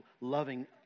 loving